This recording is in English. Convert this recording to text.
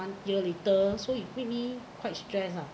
month year later so it make me quite stress lah